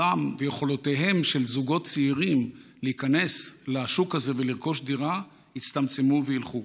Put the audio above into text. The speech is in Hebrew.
ויכולותיהם של זוגות צעירים להיכנס לשוק הזה ולרכוש דירה יצטמצמו וילכו,